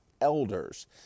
elders